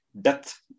death